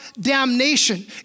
damnation